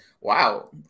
Wow